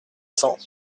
cents